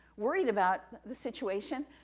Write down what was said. worried about the situation,